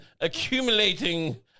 accumulating